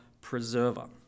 preserver